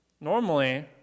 Normally